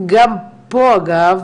גם פה אגב,